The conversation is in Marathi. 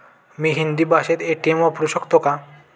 मी हिंदी भाषेत पेटीएम वापरू शकतो का?